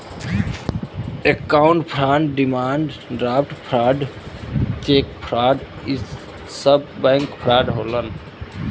account fraud demand draft fraud cheque fraud इ सब bank fraud होलन